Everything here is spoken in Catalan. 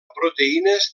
proteïnes